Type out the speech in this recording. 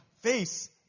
face